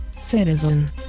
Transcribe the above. citizen